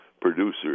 producers